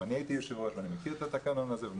גם אני הייתי יושב-ראש, ואני מכיר את התקנון הזה.